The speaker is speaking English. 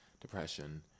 depression